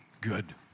Good